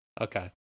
Okay